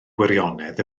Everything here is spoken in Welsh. gwirionedd